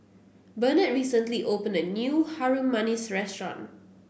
Benard recently opened a new Harum Manis restaurant